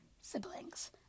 siblings